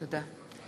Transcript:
תודה.